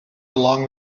along